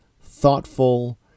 Thoughtful